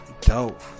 dope